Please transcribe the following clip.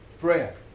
prayer